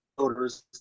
voters